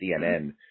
CNN